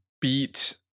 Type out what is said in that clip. beat